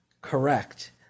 correct